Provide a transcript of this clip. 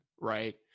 right